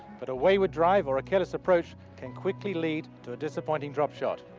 but a wayward drive or a careless approach can quickly lead to a disappointing drop shot.